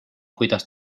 kuidas